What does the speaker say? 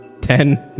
Ten